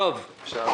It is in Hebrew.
אפשר